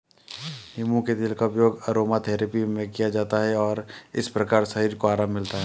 नींबू के तेल का उपयोग अरोमाथेरेपी में किया जाता है और इस प्रकार शरीर को आराम मिलता है